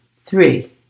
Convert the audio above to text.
Three